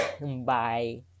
Bye